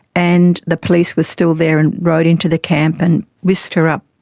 and the police were still there, and rode into the camp and whisked her up.